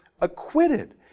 acquitted